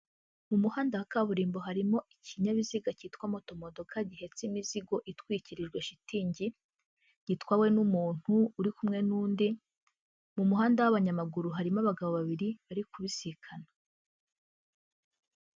Mu muhanda wa kaburimbo harimo ikinyabiziga cyitwa motomodoka gihehetse imizigo itwikirijwe shitingi gitwawe n'umuntu uri kumwe n'undi, mu muhanda w'abanyamaguru harimo abagabo babiri bari kubisikana.